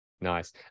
nice